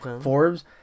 Forbes